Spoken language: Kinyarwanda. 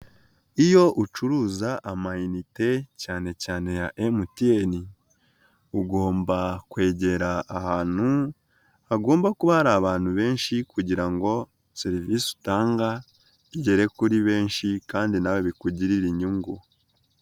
Iyo ucuruza amayinite cyane cyane ya MTN ugomba kwegera ahantu hagomba kuba hari abantu benshi kugira ngo serivise utanga igere kuri benshi kandi nawe bikugirire inyungu.